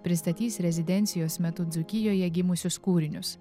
pristatys rezidencijos metu dzūkijoje gimusius kūrinius